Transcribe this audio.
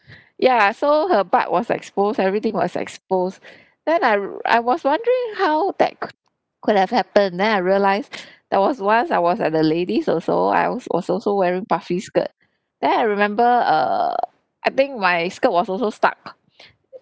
ya so her butt was expose everything was exposed then I I was wondering how that could have happen then I realised there was once I was at the ladies also I was also wearing puffy skirt then I remember err I think my skirt was also stuck